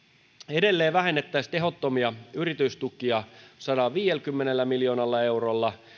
edelleen vähennettäisiin tehottomia yritystukia sadallaviidelläkymmenellä miljoonalla eurolla